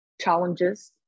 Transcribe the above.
challenges